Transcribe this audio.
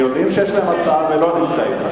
אלה שיודעים שיש להם הצעה ולא נמצאים.